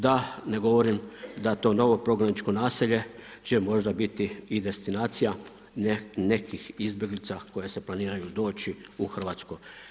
Da ne govorim da to novo prognaničko naselje će možda biti i destinacija nekih izbjeglica koje se planiraju doći u Hrvatsku.